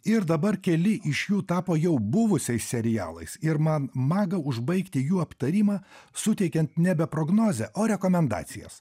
ir dabar keli iš jų tapo jau buvusiais serialais ir man maga užbaigti jų aptarimą suteikiant nebe prognozę o rekomendacijas